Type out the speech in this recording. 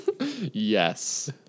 Yes